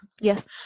Yes